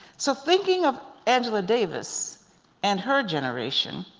so thinking of angela davis and her generation,